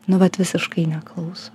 nu vat visiškai neklauso